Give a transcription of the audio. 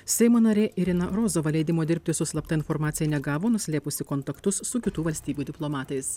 seimo narė irina rozova leidimo dirbti su slapta informacija negavo nuslėpusi kontaktus su kitų valstybių diplomatais